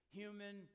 human